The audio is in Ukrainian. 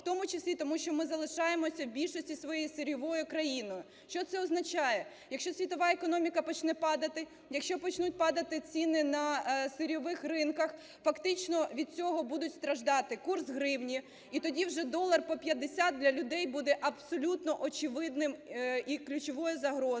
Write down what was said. в тому числі тому що ми залишаємося в більшості своїй сировинною країною. Що це означає? Якщо світова економіка почне падати, якщо почнуть падати ціни на сировинних ринках, фактично від цього будуть страждати курс гривні, і тоді вже долар по 50 для людей буде абсолютно очевидним і ключовою загрозою,